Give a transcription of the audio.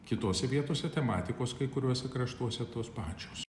kitose vietose tematikos kai kuriuose kraštuose tos pačios